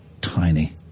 Tiny